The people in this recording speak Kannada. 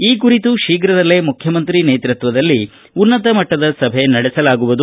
ಈ ಕುರಿತು ಶೀಘದಲ್ಲೇ ಮುಖ್ಯಮಂತ್ರಿ ನೇತೃತ್ವದಲ್ಲಿ ಉನ್ನತಮಟ್ಟದ ಸಭೆ ನಡೆಸಲಾಗುವುದು